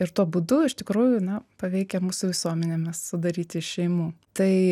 ir tuo būdu iš tikrųjų na paveikia mūsų visuomenėmis sudaryti iš šeimų tai